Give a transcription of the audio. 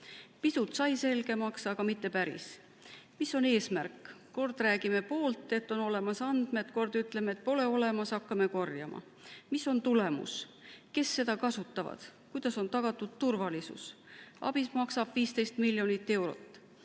Pisut sai selgemaks, aga mitte päris. Mis on eesmärk? Kord räägime, et on olemas andmed, kord ütleme, et pole olemas, hakkame korjama. Mis on tulemus? Kes seda kasutavad? Kuidas on tagatud turvalisus? ABIS maksab 15 miljonit eurot,